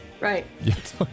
Right